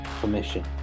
permission